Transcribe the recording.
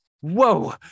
whoa